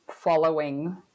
following